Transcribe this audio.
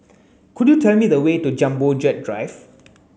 could you tell me the way to Jumbo Jet Drive